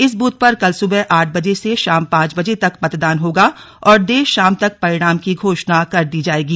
इस बूथ पर कल सुबह आठ बजे से शाम पांच बजे तक मतदान होगा और देर शाम तक परिणाम की घोषणा कर दी जाएगी